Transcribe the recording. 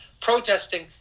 protesting